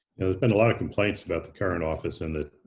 been a lot of complaints about the current office, and the